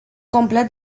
complet